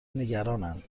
نگرانند